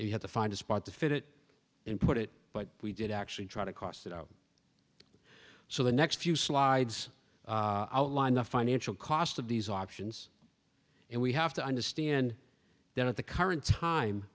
you had to find a spot to fit it in put it but we did actually try to cross that so the next few slides outline the financial cost of these options and we have to understand that at the current time